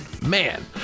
Man